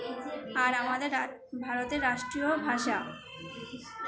আর আমাদের ভারতের রাষ্ট্রীয় ভাষা